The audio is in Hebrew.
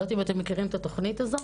אני לא יודעת אם אתם מכירים את התוכנית הזאת,